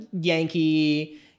Yankee